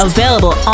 Available